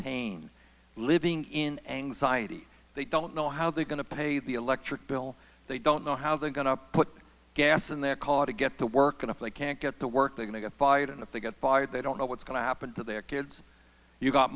pain living in anxiety they don't know how they're going to pay the electric bill they don't know how they're going to put gas in their car to get to work and if they can't get to work they're going to get fired and if they get fired they don't know what's going to happen to their kids you've got